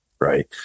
right